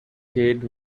kid